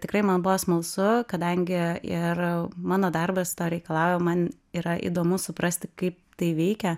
tikrai man buvo smalsu kadangi ir mano darbas tą reikalavimą yra įdomu suprasti kaip tai veikia